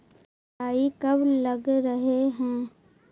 राई कब लग रहे है?